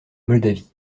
moldavie